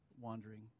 Wandering